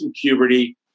puberty